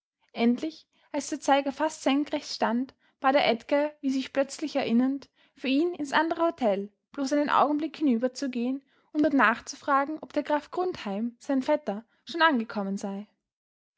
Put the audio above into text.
endlich als der zeiger fast senkrecht stand bat er edgar wie sich plötzlich erinnernd für ihn ins andere hotel bloß einen augenblick hinüberzugehen um dort nachzufragen ob der graf grundheim sein vetter schon angekommen sei